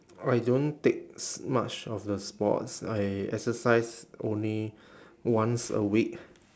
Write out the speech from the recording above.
oh I don't takes much of the sports I exercise only once a week